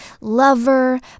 lover